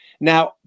now